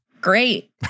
Great